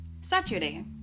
Saturday